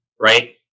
Right